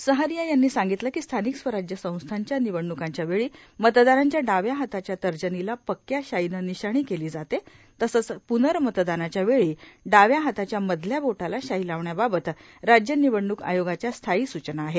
सहारिया यांनी सांगितले की स्थानिक स्वराज्य संस्थांच्या निवडणुकीच्यावेळी मतदारांच्या डाव्या हाताच्या तर्जनीला पक्क्या शाईनं निशाणी केली जाते तसंच प्नर्मतदानाच्यावेळी डाव्या हाताच्या मधल्या बोटाला शाई लावण्याबाबत राज्य निवडणूक आयोगाच्या स्थायी सूचना आहेत